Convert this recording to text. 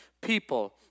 people